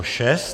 6.